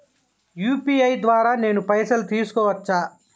UPI ద్వారా నేను పైసలు తీసుకోవచ్చా?